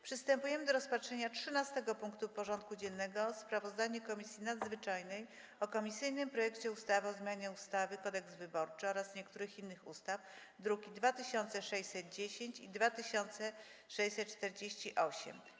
Przystępujemy do rozpatrzenia punktu 13. porządku dziennego: Sprawozdanie Komisji Nadzwyczajnej o komisyjnym projekcie ustawy o zmianie ustawy Kodeks wyborczy oraz niektórych innych ustaw (druki nr 2610 i 2648)